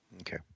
Okay